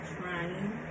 trying